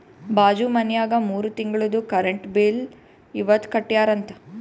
ಬಾಜು ಮನ್ಯಾಗ ಮೂರ ತಿಂಗುಳ್ದು ಕರೆಂಟ್ ಬಿಲ್ ಇವತ್ ಕಟ್ಯಾರ ಅಂತ್